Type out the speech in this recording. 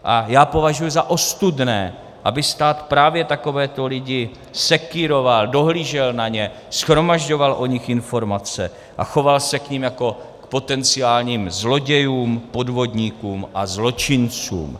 A já považuji za ostudné, aby stát právě takovéto lidi sekýroval, dohlížel na ně, shromažďoval o nich informace a choval se k nim jako k potenciálním zlodějům, podvodníkům a zločincům.